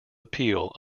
appeal